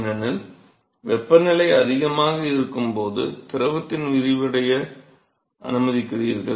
ஏனெனில் வெப்பநிலை அதிகமாக இருக்கும்போது திரவத்தை விரிவடைய அனுமதிக்கிறீர்கள்